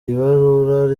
ibarura